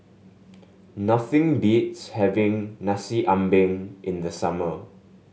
nothing beats having Nasi Ambeng in the summer